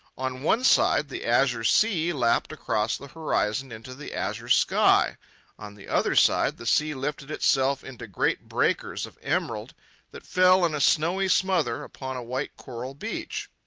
on one side the azure sea lapped across the horizon into the azure sky on the other side the sea lifted itself into great breakers of emerald that fell in a snowy smother upon a white coral beach.